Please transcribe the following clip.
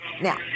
Now